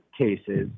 cases